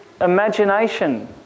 imagination